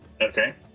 Okay